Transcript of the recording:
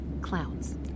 clowns